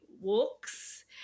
walks